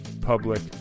public